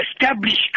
establish